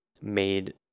made